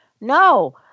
no